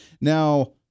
Now